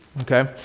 Okay